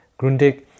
Grundig